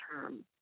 term